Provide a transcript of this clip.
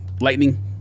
Lightning